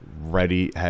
ready